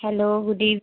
hello good evening